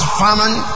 famine